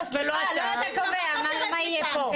לא אתה קובע מה יהיה פה.